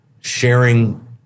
sharing